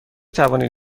توانید